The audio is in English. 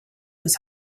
his